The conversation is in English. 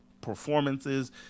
performances